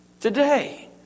today